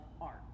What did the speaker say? art